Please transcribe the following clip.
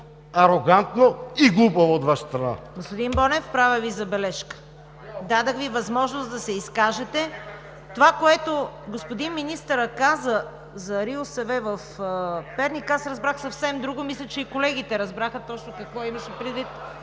арогантно и глупаво от Ваша страна.